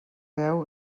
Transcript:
veu